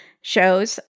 shows